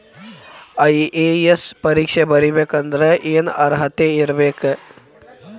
IAS ಪರೇಕ್ಷೆ ಬರಿಬೆಕಂದ್ರ ಏನ್ ಅರ್ಹತೆ ಇರ್ಬೇಕ?